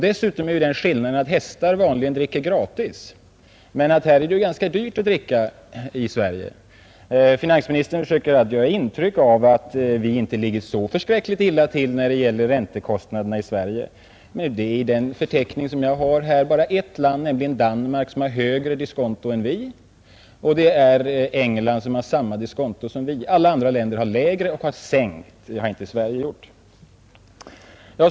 Dessutom föreligger den skillnaden att hästar vanligen dricker gratis, medan det nu är ganska dyrt att dricka i Sverige. Finansministern försöker skapa ett intryck av att vi inte ligger så förskräckligt illa till när det gäller räntekostnaderna i Sverige. Enligt den förteckning jag har är det bara ett land, nämligen Danmark, som har högre diskonto än vi. England har samma diskonto som vi. Men alla andra länder har lägre diskonto och har sänkt. Det har Sverige inte gjort.